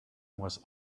was